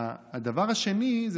הדבר השני זה